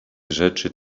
rzeczy